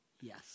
Yes